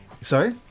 Sorry